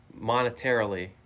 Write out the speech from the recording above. monetarily